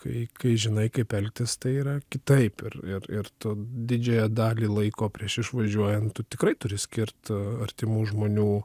kai kai žinai kaip elgtis tai yra kitaip ir ir ir tu didžiąją dalį laiko prieš išvažiuojant tu tikrai turi skirt artimų žmonių